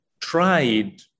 tried